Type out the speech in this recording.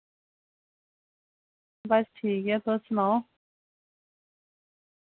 बस ठीक ऐ तुस सनाओ